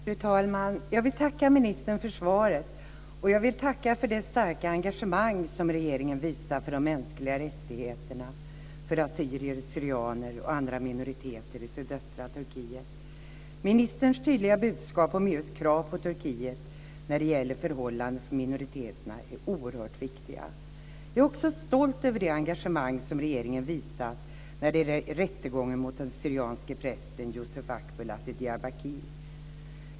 Fru talman! Jag vill tacka ministern för svaret, och jag vill tacka för det starka engagemang som regeringen visar för de mänskliga rättigheterna för assyrier, syrianer och andra minoriteter i sydöstra Turkiet. Ministerns tydliga budskap om just krav på Turkiet när det gäller förhållandena för minoriteterna är oerhört viktiga. Jag är också stolt över det engagemang som regeringen visat när det gäller rättegången mot den syrianske prästen Yusuf Akbulut i Diyarbakir.